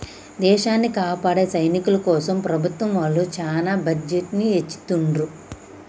దేశాన్ని కాపాడే సైనికుల కోసం ప్రభుత్వం వాళ్ళు చానా బడ్జెట్ ని ఎచ్చిత్తండ్రు